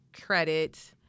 credit